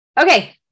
Okay